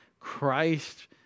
Christ